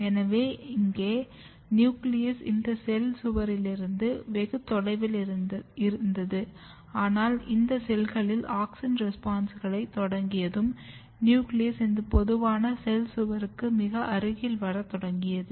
எனவே இங்கே நியூக்ளியஸ் இந்த செல் சுவரிலிருந்து வெகு தொலைவில் இருந்தது ஆனால் இந்த செல்களில் ஆக்ஸின் ரெஸ்பான்ஸ்கள் தொடங்கியதும் நியூக்ளியஸ் இந்த பொதுவான செல் சுவருக்கு மிக அருகில் வரத் தொடங்கியது